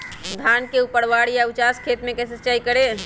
धान के ऊपरवार या उचास खेत मे कैसे सिंचाई करें?